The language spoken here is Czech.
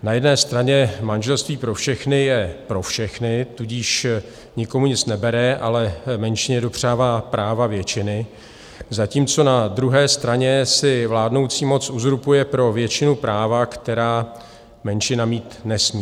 Na jedné straně manželství pro všechny je pro všechny, tudíž nikomu nic nebere, ale menšině dopřává práva většiny, zatímco na druhé straně si vládnoucí moc uzurpuje pro většinu práva, která menšina mít nesmí.